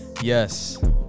Yes